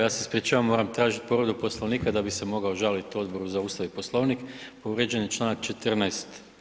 Ja se ispričavam, moram tražiti povredu Poslovnika da bi se mogao žaliti Odboru za Ustav i Poslovnik, povrijeđen je Članak 14.